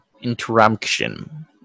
interruption